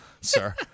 sir